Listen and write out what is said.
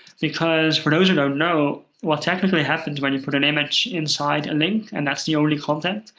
because for those who don't know, what technically happens when you put an image inside a link, and that's the only content,